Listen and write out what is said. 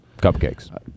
Cupcakes